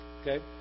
Okay